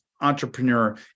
entrepreneur